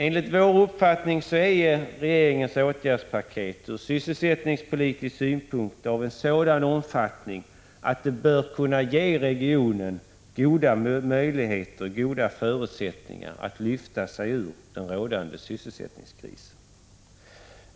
Enligt vår uppfattning är regeringens åtgärdspaket från sysselsättningspolitisk synpunkt av en sådan omfattning att det bör kunna ge regionen goda förutsättningar att lyfta sig ur den rådande sysselsättningskrisen.